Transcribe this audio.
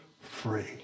free